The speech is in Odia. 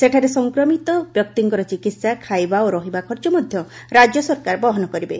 ସେଠାରେ ସଂକ୍ରମିତ ବ୍ୟକ୍ତିଙ୍କ ଚିକିସା ଖାଇବା ଓ ରହିବା ଖର୍ଚ ମଧ୍ଧ ରାଜ୍ୟ ସରକାର ବହନ କରିବେ